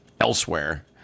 elsewhere